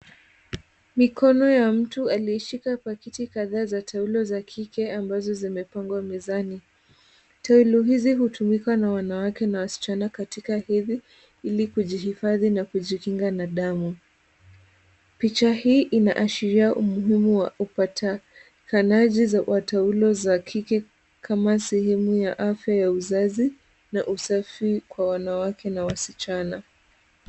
Mikono ya mtu aliyeshika pakiti kadhaa za taulo za kike ambazo zimepangwa mezani. Taulo hizi hutumika na wanawake na wasichana katika hedhi ili kujihifadhi na kujikinga na damu. Picha hii inaashiria umuhimu wa upatikanaji wa taulo za kike kama sehemu ya afya ya uzazi na usafi kwa wanawake na wasichana.